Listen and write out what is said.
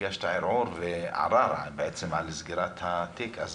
מכיוון שהגשת ערר על סגירת התיק אז